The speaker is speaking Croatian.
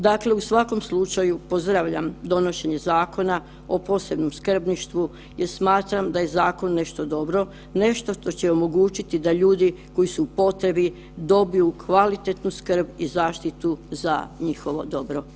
Dakle, u svakom slučaju pozdravljam donošenje Zakona o posebnom skrbništvu jer smatram da je zakon nešto dobro, nešto što će omogućiti da ljudi koji su u potrebi dobiju kvalitetnu skrb i zaštitu za njihovo dobro.